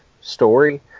story